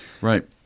Right